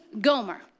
Gomer